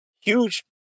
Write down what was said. Huge